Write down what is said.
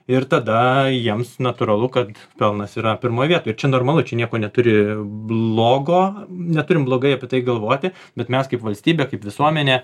ir tada jiems natūralu kad pelnas yra pirmoj vietoj ir čia normalu čia nieko neturi blogo neturim blogai apie tai galvoti bet mes kaip valstybė kaip visuomenė